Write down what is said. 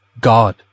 God